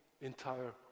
entire